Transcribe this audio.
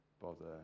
bother